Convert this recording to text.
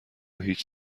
هیچ